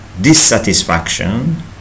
dissatisfaction